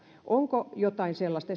onko jotain sellaista